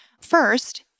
First